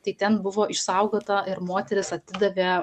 tai ten buvo išsaugota ir moteris atidavė